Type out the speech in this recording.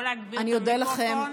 או להגביר את המיקרופון,